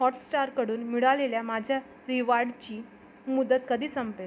हॉटस्टारकडून मिळालेल्या माझ्या रिवार्डची मुदत कधी संपेल